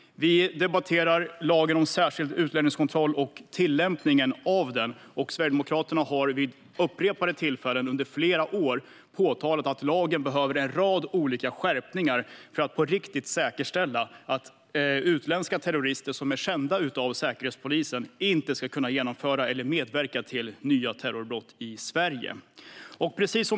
Vi debatterar lagen om särskild utlänningskontroll och tillämpningen av den. Sverigedemokraterna har vid upprepade tillfällen under flera år påpekat att lagen behöver en rad olika skärpningar för att på riktigt säkerställa att utländska terrorister som är kända av Säkerhetspolisen inte ska kunna genomföra eller medverka till nya terrorbrott i Sverige.